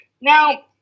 Now